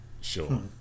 Sure